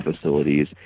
facilities